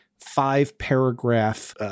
five-paragraph